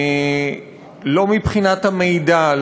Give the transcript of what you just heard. לא מבחינת המידע,